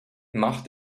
mach